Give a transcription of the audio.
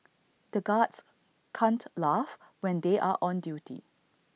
the guards can't laugh when they are on duty